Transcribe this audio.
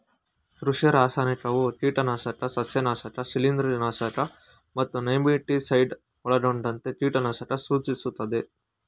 ಕೃಷಿ ರಾಸಾಯನಿಕವು ಕೀಟನಾಶಕ ಸಸ್ಯನಾಶಕ ಶಿಲೀಂಧ್ರನಾಶಕ ಮತ್ತು ನೆಮಟಿಸೈಡ್ ಒಳಗೊಂಡಂತೆ ಕೀಟನಾಶಕ ಸೂಚಿಸ್ತದೆ